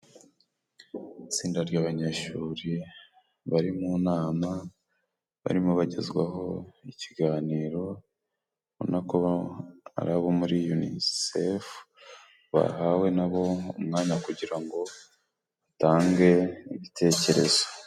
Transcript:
Itsinda ry'abanyeshuri bari mu nama, barimo bagezwaho ikiganiro, no kuba ari abo muri yunisefu, bahawe nabo umwanya kugira ngo batange ibitekerezo.